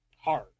Hard